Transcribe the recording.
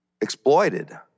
exploited